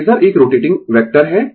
phasor एक rotating vector है